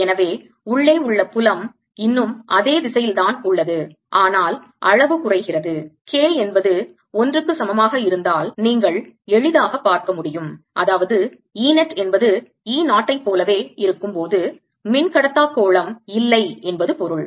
எனவே உள்ளே உள்ள புலம் இன்னும் அதே திசையில் தான் உள்ளது ஆனால் அளவு குறைக்கிறது K என்பது 1க்கு சமமாக இருந்தால் நீங்கள் எளிதாக பார்க்க முடியும் அதாவது E net என்பது E 0 ஐப் போலவே இருக்கும் போது மின்கடத்தாக் கோளம் இல்லை என்பது பொருள்